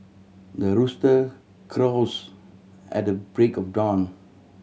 the rooster crows at the break of dawn